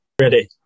Ready